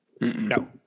No